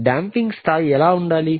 damping స్థాయి ఎలా ఉండాలి